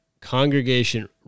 congregation